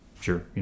sure